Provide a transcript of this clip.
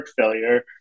failure